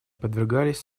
подвергались